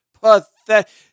pathetic